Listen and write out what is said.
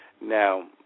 Now